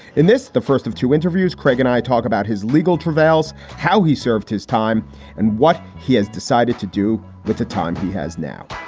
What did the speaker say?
in this the first of two interviews, craig and i talk about his legal travails, how he served his time and what he has decided to do with the time he has now